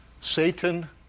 Satan